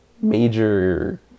major